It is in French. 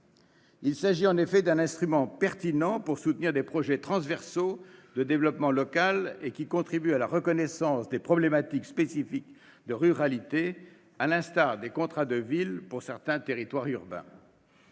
Il s'agit en effet d'un instrument pertinent pour soutenir des projets transversaux de développement local qui contribue à la reconnaissance des problématiques spécifiques de la ruralité, à l'instar des contrats de ville pour certains territoires urbains.